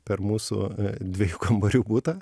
per mūsų dviejų kambarių butą